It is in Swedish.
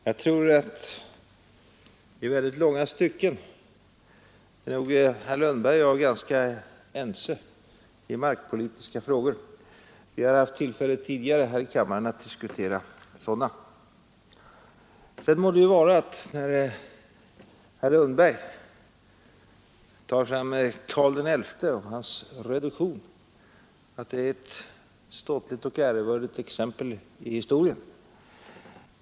Herr talman! Jag tror att herr Lundberg och jag i långa stycken är ganska ense i markpolitiska frågor — vi har tidigare haft tillfälle att här i kammaren diskutera sådana. Herr Lundberg pekar på Karl XI och hans reduktion, och det må vara ett ståtligt och ärevördigt exempel från historien.